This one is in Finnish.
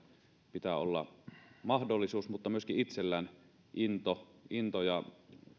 pitää olla mahdollisuus mutta myöskin itsellään into into ja